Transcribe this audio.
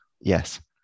Yes